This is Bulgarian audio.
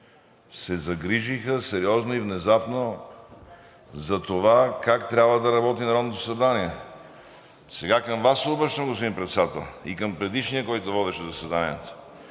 се загрижиха сериозно и внезапно за това как трябва да работи Народното събрание. Сега към Вас се обръщам, господин Председател, и към предишния, който водеше заседанието